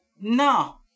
no